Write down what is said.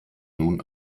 nun